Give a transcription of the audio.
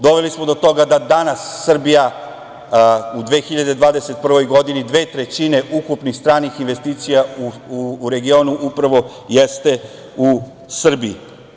Doveli smo do toga da danas Srbija u 2021.godini dve trećine ukupnih stranih investicija u regionu upravo jeste u Srbiji.